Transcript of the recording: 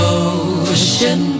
ocean